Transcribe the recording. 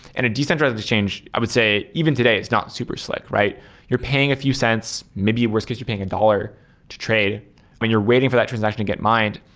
and a decentralized exchange, i would say even today it's not super slick. you're paying a few cents. maybe worst case you're paying a dollar to trade when you're waiting for that transaction to get mined.